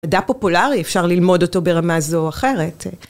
-דע פופולרי, אפשר ללמוד אותו ברמה זו או אחרת.